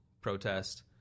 protest